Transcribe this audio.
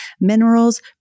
minerals